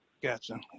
Gotcha